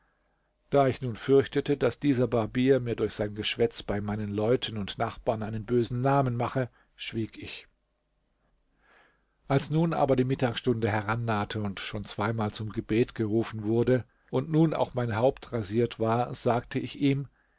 da ich nun fürchtete daß dieser barbier mir durch sein geschwätz bei meinen leuten und nachbarn einen bösen namen mache schwieg ich als nun aber die mittagsstunde herannahte und schon zweimal zum gebet gerufen worden am freitag wird immer dreimal auf dem minarett zum gebet gerufen um halb zwölf dreiviertel und zwölf uhr zu den übrigen gebeten nur einmal und nun auch mein haupt rasiert war sagte ich ihm